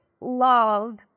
love